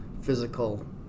physical